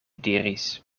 diris